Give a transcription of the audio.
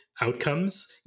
outcomes